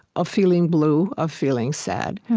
of feeling blue, of feeling sad.